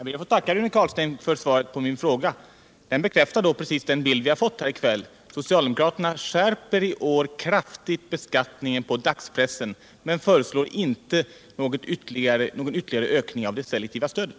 Herr talman! Jag ber att få tacka Rune Carlstein för svaret på min fråga. Det bekräftar ju den bild vi har fått här i kväll, nämligen att socialdemokraterna i år kraftigt skärper beskattningen på dagspressen men inte föreslår någon ytterligare ökning av det selektiva stödet.